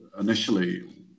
initially